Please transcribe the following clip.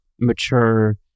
mature